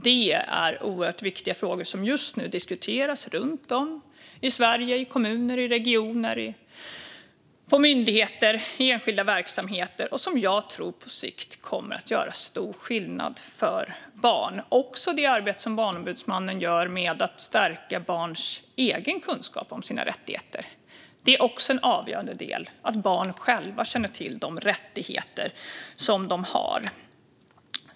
Detta är oerhört viktiga frågor som just nu diskuteras runt om i Sverige - i kommuner, i regioner, på myndigheter och i enskilda verksamheter - och som jag tror på sikt kommer att göra stor skillnad för barn. Det arbete som Barnombudsmannen gör med att stärka barns egen kunskap om deras rättigheter är också en avgörande del. Barn behöver själva känna till vilka rättigheter de har.